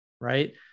right